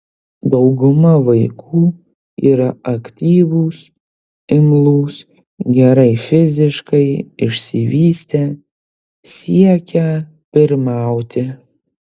dauguma vaikų yra aktyvūs imlūs gerai fiziškai išsivystę siekią pirmauti